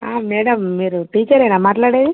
madam మీరు టీచరేనా మాట్లాడేది